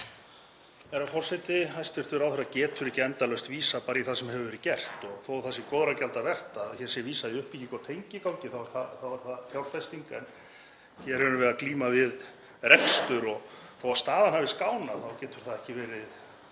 Herra forseti. Hæstv. ráðherra getur ekki endalaust vísað bara í það sem hefur verið gert og þó að það sé góðra gjalda vert að hér sé vísað í uppbyggingu á tengigangi þá er það fjárfesting en hér erum við að glíma við rekstur. Þó að staðan hafi skánað þá getur það ekki verið